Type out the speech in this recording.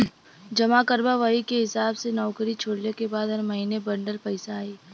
जमा करबा वही के हिसाब से नउकरी छोड़ले के बाद हर महीने बंडल पइसा आई